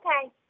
Okay